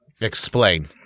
Explain